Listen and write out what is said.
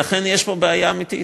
לכן, יש פה בעיה אמיתית,